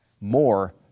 more